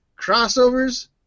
Crossovers